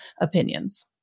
opinions